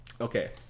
okay